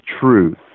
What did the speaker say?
truth